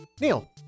Neil